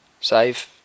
Save